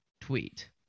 tweet